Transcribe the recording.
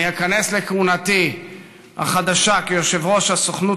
אני איכנס לכהונתי החדשה כיושב-ראש הסוכנות